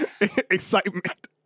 excitement